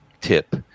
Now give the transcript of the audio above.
tip